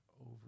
over